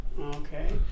Okay